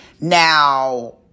Now